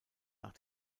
nach